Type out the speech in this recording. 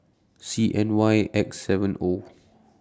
C N Y X seven O